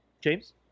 James